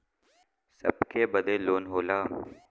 सबके बदे लोन होला